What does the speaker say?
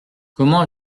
comment